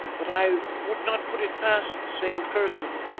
but i would not put it past the same person,